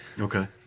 Okay